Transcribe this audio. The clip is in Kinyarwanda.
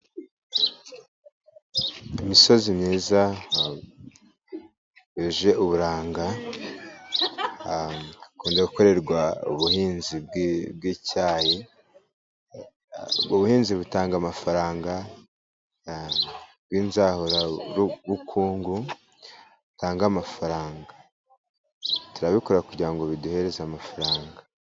Imisozi myiza yuje uburanga ikunda gukorerwa ubuhinzi bw'icyayi. Ubuhinzi butanga amafaranga w'inzahurabukungu butangage amafaranga, turabikora kugirango biduhereze amafaranga.